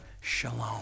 shalom